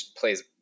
plays